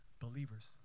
believers